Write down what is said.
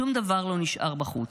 שום דבר לא נשאר בחוץ.